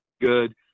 good